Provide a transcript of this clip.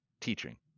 teaching